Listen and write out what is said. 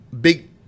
big